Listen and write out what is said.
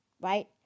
right